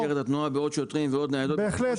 לחזק את משטרת התנועה בעוד שוטרים ועוד ניידות --- בהחלט.